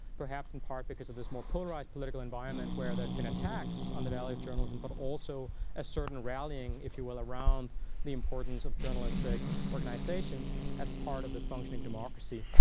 perhaps in part because of this more polarized political environment, where there's been attacks on the value of journalism but also a certain rallying, if you will, around the importance of journalistic organizations as part of the functioning democracy.